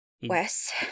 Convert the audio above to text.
Wes